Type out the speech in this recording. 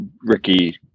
Ricky